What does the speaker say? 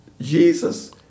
Jesus